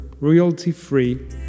royalty-free